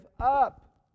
up